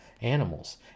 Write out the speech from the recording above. animals